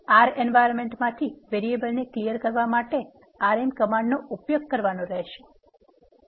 R environment માંથી variable ને સાફ કરવા માટે rm કમાન્ડનો ઉપયોગ કરવાનો રહેશે